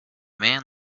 man